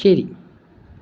ശരി